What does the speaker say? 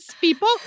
people